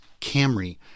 Camry